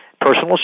personal